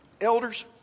Elders